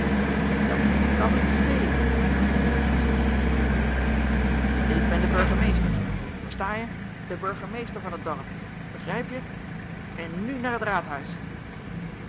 dat kan me niet schelen was het ongepaste antwoord van cajefax ik ben de burgemeester versta je de burgemeester van het dorp begrijp je en nu naar het